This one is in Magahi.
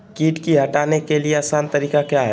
किट की हटाने के ली आसान तरीका क्या है?